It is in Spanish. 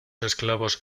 esclavos